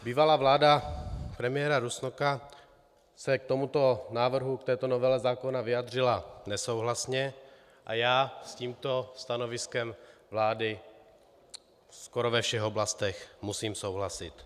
Bývalá vláda premiéra Rusnoka se k tomuto návrhu, k této novele zákona, vyjádřila nesouhlasně a já s tímto stanoviskem vlády skoro ve všech oblastech musím souhlasit.